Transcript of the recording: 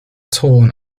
torn